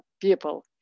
people